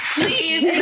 Please